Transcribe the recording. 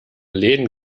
läden